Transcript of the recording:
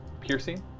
piercing